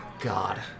God